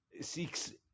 seeks